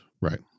Right